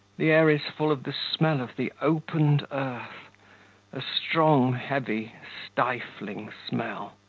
the air is full of the smell of the opened earth a strong, heavy, stifling smell.